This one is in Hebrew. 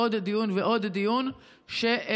לעוד דיון ולעוד דיון שפשוט